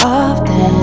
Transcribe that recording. often